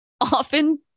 often